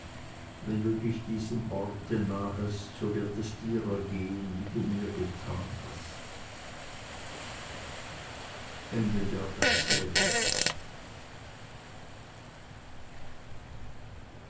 wenn du dich diesem orte nahest so wird es dir ergehen wie du mir getan hast